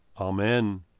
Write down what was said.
amen